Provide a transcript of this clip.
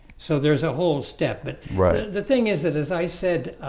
so there's a whole step but the thing is that as i said